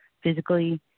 physically